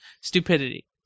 stupidity